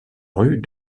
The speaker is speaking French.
rue